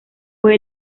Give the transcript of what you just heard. fue